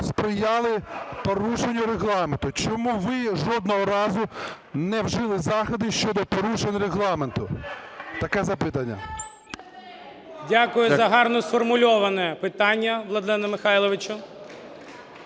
сприяли порушенню Регламенту. Чому ви жодного разу не вжили заходи щодо порушень Регламенту? Таке запитання. 11:02:47 РАЗУМКОВ Д.О. Дякую за гарно сформульоване питання, Владлене Михайловичу.